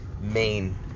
main